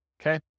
okay